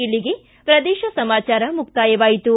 ಇಲ್ಲಿಗೆ ಪ್ರದೇಶ ಸಮಾಚಾರ ಮುಕ್ತಾಯವಾಯಿತು